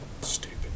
Stupid